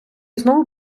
знову